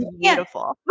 beautiful